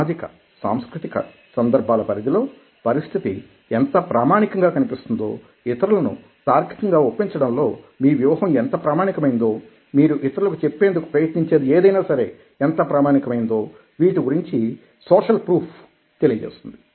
సామాజిక సాంస్కృతిక సందర్భాల పరిధిలో పరిస్థితి ఎంత ప్రామాణికంగాకనిపిస్తుందో ఇతరులను తార్కికంగా ఒప్పించడంలో మీ వ్యూహం ఎంత ప్రామాణికమైనదో మీరు ఇతరులకి చెప్పేందుకు ప్రయత్నించేది ఏదైనా సరే ఎంత ప్రామాణికమైనదో వీటి గురించి సోషల్ ప్రూఫ్ తెలియజేస్తుంది